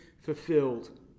fulfilled